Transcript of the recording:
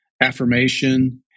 affirmation